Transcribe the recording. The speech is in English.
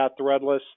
Threadless